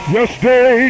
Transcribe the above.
Yesterday